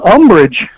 Umbrage